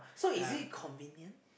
so is it convenient